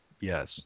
Yes